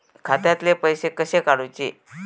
खात्यातले पैसे कसे काडूचे?